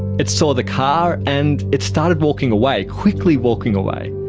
it saw the car, and it started walking away, quickly walking away.